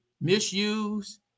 misuse